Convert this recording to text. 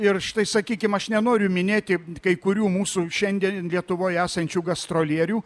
ir štai sakykim aš nenoriu minėti kai kurių mūsų šiandien lietuvoj esančių gastrolierių